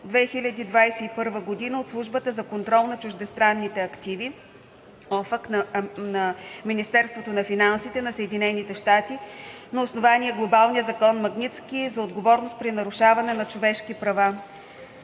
2021 г. от Службата за контрол на чуждестранните активи (OFAC) на Министерството на финансите на Съединените американски щати на основание Глобалния закон „Магнитски“ за отговорност при нарушаване на човешки права;